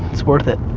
it's worth it.